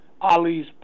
Ali's